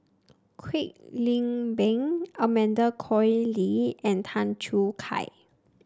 Kwek Leng Beng Amanda Koe Lee and Tan Choo Kai